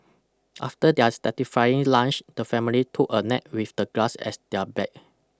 after their satisfying lunch the family took a nap with the grass as their bed